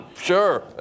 Sure